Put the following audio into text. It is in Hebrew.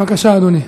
בבקשה, אדוני.